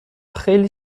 خیلی